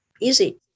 Easy